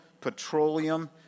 petroleum